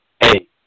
Hey